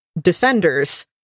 Defenders